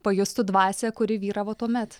pajustų dvasią kuri vyravo tuomet